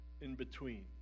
in-between